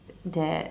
that